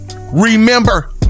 Remember